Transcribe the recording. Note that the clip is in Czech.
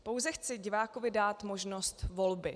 Pouze chci divákovi dát možnost volby.